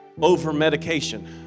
over-medication